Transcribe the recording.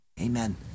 Amen